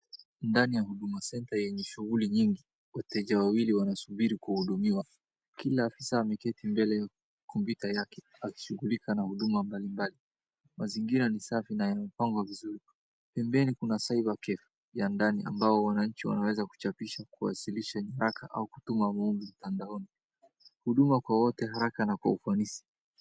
Ndani ya huduma centre yenye shughuli nyingi, wateja wawili wakisubiri kuhudumiwa. Kila afisa ameketi mbele ya kompyuta yake akishughulika na huduma mbalimbali. Mazingira ni safi na yamepangwa vizuri. Pembeni kuna cyber cafe ya ndani ambao wananchi wanaweza kuchapisha, kuwasilisha nyaraka au kutuma muundo wa vitandaoni. Huduma kwa wote haraka na kwa ufanisi.